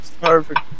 Perfect